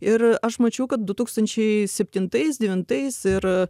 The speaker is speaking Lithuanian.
ir aš mačiau kad du tūkstančiai septintais devintais ir